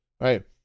right